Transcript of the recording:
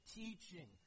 teaching